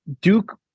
Duke